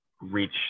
Reach